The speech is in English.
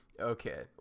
Okay